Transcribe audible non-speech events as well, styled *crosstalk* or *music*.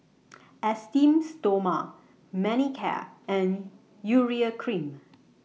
*noise* Esteem Stoma Manicare and Urea Cream